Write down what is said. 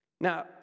Now